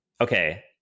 okay